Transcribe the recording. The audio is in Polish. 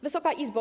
Wysoka Izbo!